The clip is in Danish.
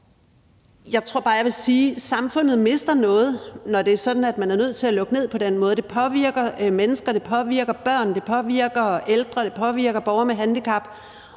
jeg tror bare, jeg vil sige: Samfundet mister noget, når man er nødt til at lukke ned på den måde. Det påvirker mennesker. Det påvirker børn, det påvirker ældre, og det påvirker borgere med handicap.